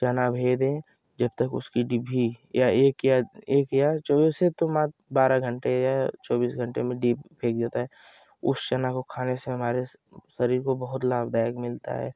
चना भे दें जब तक उसकी डिभ्भी या एक या एक या चौबीस से तो मात बारह घंटे या चौबीस घंटे में डिभ फेंक देता है उस चना को खाने से हमारा शरीर को बहुत लाभदायक मिलता है